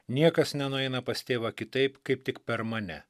niekas nenueina pas tėvą kitaip kaip tik per mane